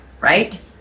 right